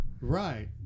Right